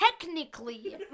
Technically